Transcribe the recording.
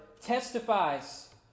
testifies